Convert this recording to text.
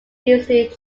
history